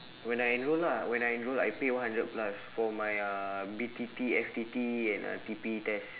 when I enroll lah when I enroll I paid one hundred plus for my uh B_T_T F_T_T and uh T_P test